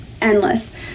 endless